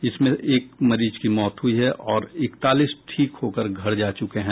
इसमें एक की मौत हुई है और इकतालीस ठीक होकर घर जा चुके हैं